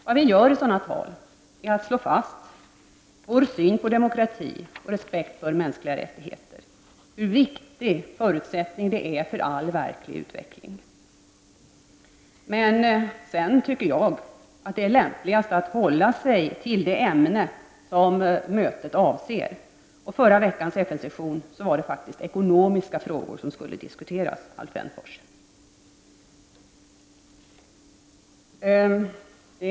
Vad vi gör i sådana tal är att slå fast vår syn på demokratin och vår respekt för de mänskliga rättigheterna, hur viktigt detta är för all verklig utveckling. Men sedan tycker jag att det är lämpligt att hålla sig till det ämne som mötet gäller, och i förra veckans FN-session var det faktiskt ekonomiska frågor som skulle diskuteras, Alf Wennerfors.